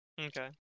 Okay